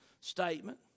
statement